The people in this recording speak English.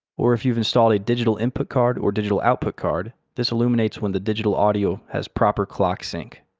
or if you've installed a digital input card or digital output card, this illuminates when the digital audio has proper clock sync.